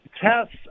tests